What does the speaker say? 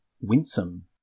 winsome